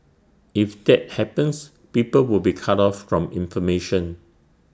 if that happens people will be cut off from information